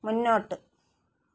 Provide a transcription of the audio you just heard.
മുന്നോട്ട്